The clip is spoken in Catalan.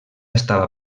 estava